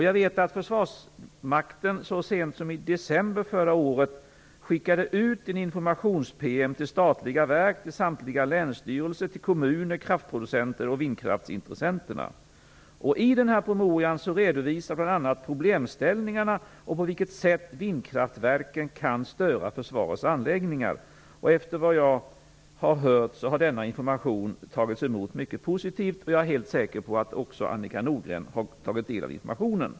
Jag vet att Försvarsmakten så sent som i december förra året skickade ut en informations-PM till statliga verk, till samtliga länsstyrelser, till kommuner, kraftproducenter och vindkraftsintressenterna. I denna promemoria redovisas bl.a. problemställningarna och på vilket sätt vindkraftverken kan störa försvarets anläggningar. Efter vad jag har hört har denna information tagits emot mycket positivt. Jag är helt säker på att också Annika Nordgren har tagit del av informationen.